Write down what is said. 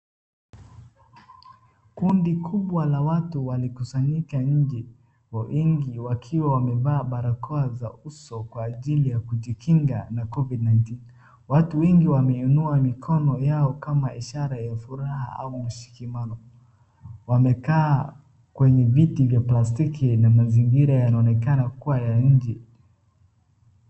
Kundi kubwa la watu walikusanyika nje, wengi wakiwa wamevaa barakoa za uso kwa ajili ya kujikinga na COVID-19. Watu wengi wameinua mikono yao kama ishara ya furaha au mshikimano. Wamekaa kwenye viti vya plastiki na mazingira yanaonekana kuwa ya nje.